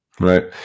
right